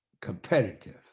competitive